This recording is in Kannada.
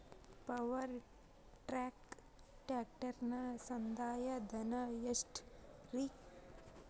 ಪವರ್ ಟ್ರ್ಯಾಕ್ ಟ್ರ್ಯಾಕ್ಟರನ ಸಂದಾಯ ಧನ ಎಷ್ಟ್ ರಿ?